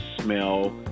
smell